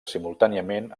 simultàniament